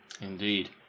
Indeed